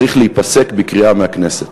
צריך להיפסק בקריאה מהכנסת.